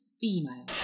female